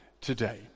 today